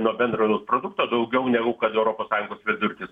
nuo bendro vidaus produkto daugiau negu kad europos sąjungos vidurkis